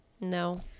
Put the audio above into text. no